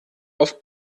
auf